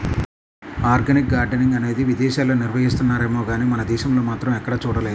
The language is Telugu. ఆర్గానిక్ గార్డెనింగ్ అనేది విదేశాల్లో నిర్వహిస్తున్నారేమో గానీ మన దేశంలో మాత్రం ఎక్కడా చూడలేదు